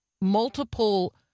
multiple